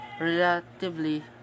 relatively